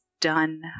done